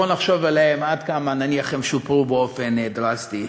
בואו נחשוב עד כמה הם שופרו באופן דרסטי.